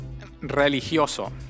religioso